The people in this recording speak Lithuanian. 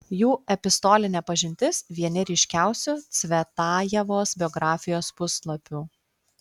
jų epistolinė pažintis vieni ryškiausių cvetajevos biografijos puslapių